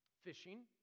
Fishing